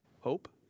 Hope